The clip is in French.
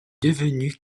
devenue